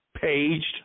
paged